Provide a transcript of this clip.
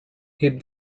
hit